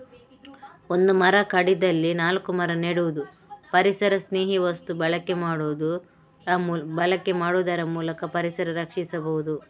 ಒಂದು ಮರ ಕಡಿದಲ್ಲಿ ನಾಲ್ಕು ಮರ ನೆಡುದು, ಪರಿಸರಸ್ನೇಹಿ ವಸ್ತು ಬಳಕೆ ಮಾಡುದ್ರ ಮೂಲಕ ಪರಿಸರ ರಕ್ಷಿಸಬಹುದು